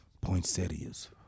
Poinsettias